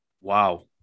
Wow